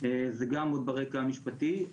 זה גם עוד ברקע המשפטי.